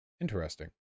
Interesting